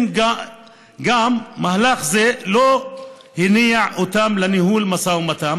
אם גם מהלך זה לא הניע אותם לניהול משא ומתן,